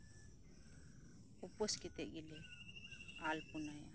ᱩᱯᱟᱹᱥ ᱠᱟᱛᱮ ᱜᱮᱞᱮ ᱟᱞᱯᱚᱱᱟᱭᱟ